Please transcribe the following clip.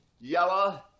yellow